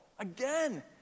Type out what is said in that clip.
Again